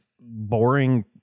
boring